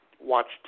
watched